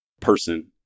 person